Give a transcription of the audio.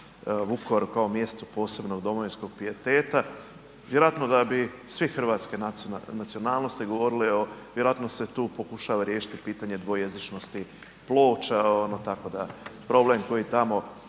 Vukovaru kao mjestu posebnog domovinskog pijeteta? Vjerojatno da bi svi hrvatske nacionalnosti govorili o vjerojatno se tu pokušava riješiti pitanje dvojezičnosti ploča, tako da problem koji tamo